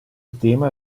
tema